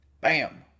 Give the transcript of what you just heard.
bam